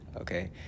Okay